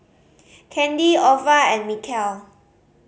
Kandy Ova and Mikel